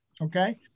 Okay